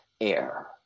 air